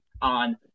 on